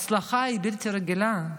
ההצלחה היא בלתי רגילה.